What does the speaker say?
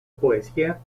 poesía